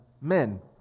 men